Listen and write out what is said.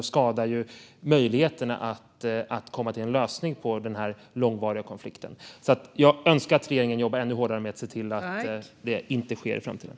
Det skadar också möjligheterna att nå en lösning på denna långvariga konflikt. Jag önskar att regeringen ska jobba ännu hårdare med att se till att detta inte ska ske i framtiden.